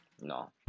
no